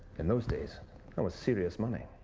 in those days that was serious money.